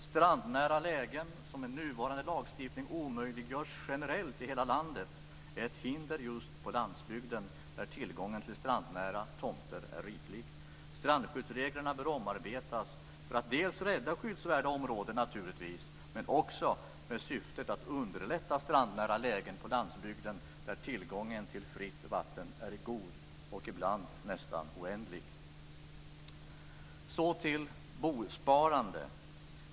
Strandnära lägen, som med nuvarande lagstiftning omöjliggörs generellt i hela landet, är ett hinder just på landsbygden där tillgången på strandnära tomter är riklig. Strandskyddsreglerna bör omarbetas för att rädda skyddsvärda områden, men också för att underlätta strandnära lägen på landsbygden där tillgången på fritt vatten är god, ibland nästan oändlig. Så över till bosparandet.